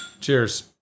Cheers